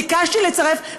ביקשתי לצרף,